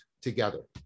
together